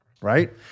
Right